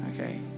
Okay